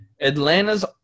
Atlanta's